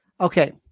Okay